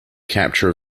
capture